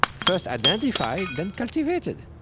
first, identified, then cultivated.